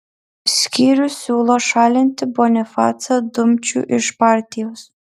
skyrius siūlo šalinti bonifacą dumčių iš partijos